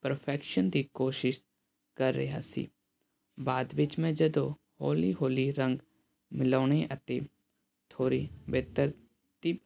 perfection ਦੀ ਕੋਸ਼ਿਸ਼ ਕਰ ਰਿਹਾ ਸੀ ਬਾਅਦ ਵਿੱਚ ਮੈਂ ਜਦੋਂ ਹੌਲੀ ਹੌਲੀ ਰੰਗ ਮਿਲਾਉਣੇ ਅਤੇ ਥੋੜ੍ਹੀ ਬਿਹਤਰ ਤੀ